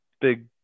big